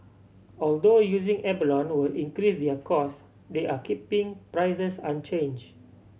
although using abalone will increase their cost they are keeping prices unchanged